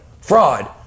fraud